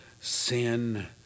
sin